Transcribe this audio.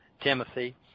Timothy